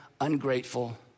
ungrateful